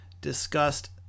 discussed